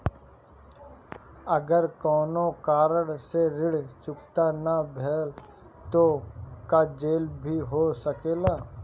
अगर कौनो कारण से ऋण चुकता न भेल तो का जेल भी हो सकेला?